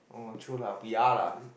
oh true lah we are lah